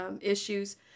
issues